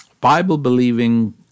Bible-believing